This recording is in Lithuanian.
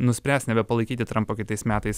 nuspręs nebepalaikyti trampo kitais metais